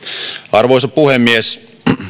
arvoisa puhemies